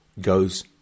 goes